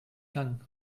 lang